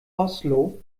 oslo